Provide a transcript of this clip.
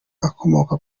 akomoka